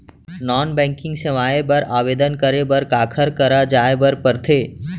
non banking सेवाएं बर आवेदन करे बर काखर करा जाए बर परथे